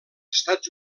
estats